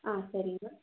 ஆ சரிங்க